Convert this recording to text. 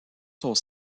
sont